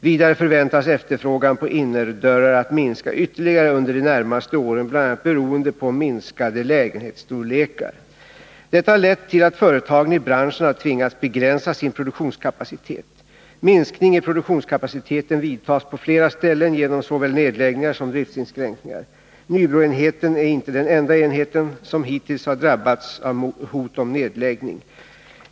Vidare förväntas efterfrågan på innerdörrar att minska ytterligare under de närmare åren, bl.a. beroende på minskade lägenhetsstorlekar. Detta har lett till att företagen i branschen har tvingats begränsa sin produktionskapacitet. Minskning i produktionskapaciteten vidtas på flera ställen genom såväl nedläggningar som driftsinskränkningar. Nybroenheten är inte den enda enheten som hittills har drabbats av hot om nedläggning.